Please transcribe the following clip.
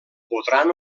podran